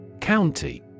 County